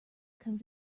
comes